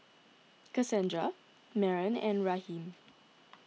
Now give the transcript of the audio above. Cassandra Maren and Raheem